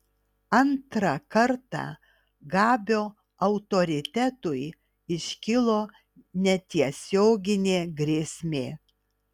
antrą kartą gabio autoritetui iškilo netiesioginė grėsmė